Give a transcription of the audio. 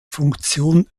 funktion